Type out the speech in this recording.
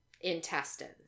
intestines